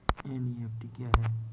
NEFT क्या होता है?